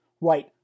Right